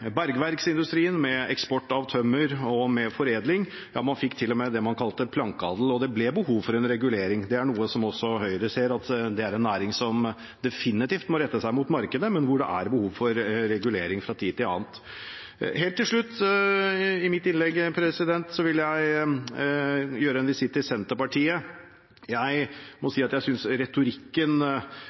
bergverksindustrien, med eksport av tømmer og med foredling. Ja, man fikk til og med det man kalte plankeadel. Og det ble behov for en regulering. Det er noe også Høyre ser, at det er en næring som definitivt må rette seg mot markedet, men hvor det er behov for regulering fra tid til annen. Helt til slutt i mitt innlegg vil jeg gjøre en visitt til Senterpartiet. Jeg må si at jeg synes retorikken